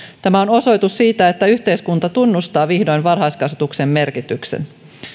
tämä on osoitus siitä että yhteiskunta tunnustaa vihdoin varhaiskasvatuksen merkityksen